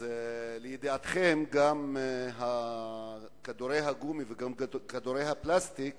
לידיעתכם, גם כדורי הגומי וגם כדורי הפלסטיק